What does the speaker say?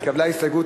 התקבלה ההסתייגות,